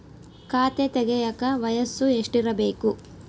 ಖಾತೆ ತೆಗೆಯಕ ವಯಸ್ಸು ಎಷ್ಟಿರಬೇಕು?